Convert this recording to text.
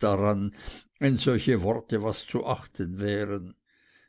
daran wenn solche worte was zu achten wären